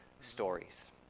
stories